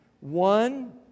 One